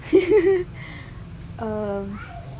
um